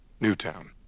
Newtown